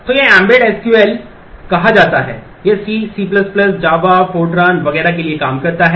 तो यह एम्बेडेड कहा जाता है यह C C Java Fortran वगैरह के लिए काम करता है